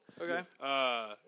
Okay